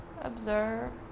observe